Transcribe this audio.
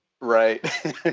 Right